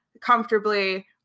comfortably